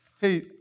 Hey